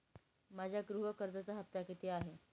माझ्या गृह कर्जाचा हफ्ता किती आहे?